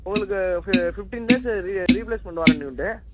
உங்களுக்கு fi fifteen days re replacement warranty உண்டு